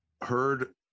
heard